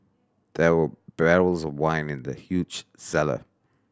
there were barrels of wine in the huge cellar